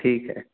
ठीक है